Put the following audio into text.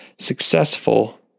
successful